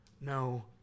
no